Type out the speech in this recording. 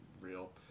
real